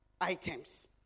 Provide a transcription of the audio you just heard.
items